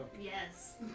Yes